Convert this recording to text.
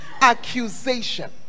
accusation